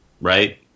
Right